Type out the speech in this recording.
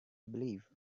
believe